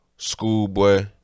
Schoolboy